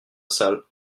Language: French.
salle